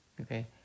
Okay